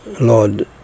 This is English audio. Lord